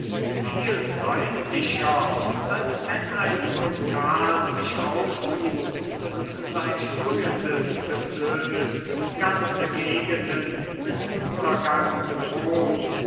viel freundlicher als wenn ein vulkan sich auftut und sein sprühendes getös ganze gegenden mit untergang bedroht